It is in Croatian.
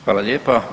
Hvala lijepa.